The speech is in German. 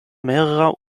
mehrerer